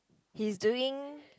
he's doing